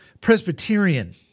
Presbyterian